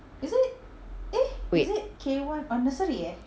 wait